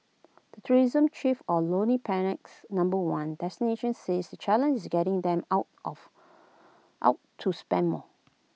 the tourism chief or lonely Planet's number one destination says the challenge is getting them out of out to spend more